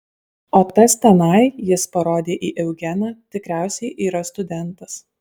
o tas tenai jis parodė į eugeną tikriausiai yra studentas